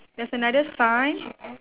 there's another sign